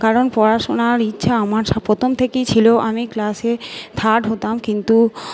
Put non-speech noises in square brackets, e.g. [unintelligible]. কারণ পড়াশোনার ইচ্ছে আমার [unintelligible] প্রথম থেকেই ছিল আমি ক্লাসে থার্ড হতাম কিন্তু